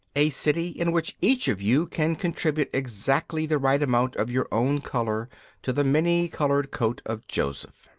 a city in which each of you can contribute exactly the right amount of your own colour to the many coloured coat of joseph.